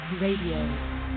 Radio